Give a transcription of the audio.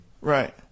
Right